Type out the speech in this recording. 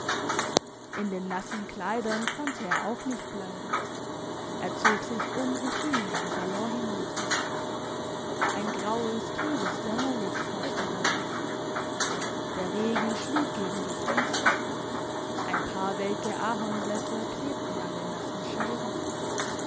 in den nassen kleidern konnte er auch nicht bleiben er zog sich um und ging in den salon hinunter ein graues trübes dämmedämmerlichtschte darin der regen schlug gegen die fenster ein paar welke ahornblätter klebten an den nassem scheiben